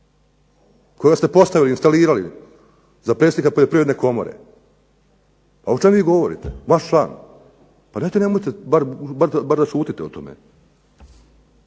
koga ste postavili, instalirali za predsjednika Poljoprivredne komore. Pa o čem vi govorite? Vaš član. Pa dajte nemojte, bar da šutite o tome.